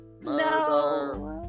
No